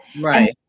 right